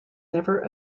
never